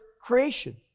creation